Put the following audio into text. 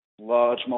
large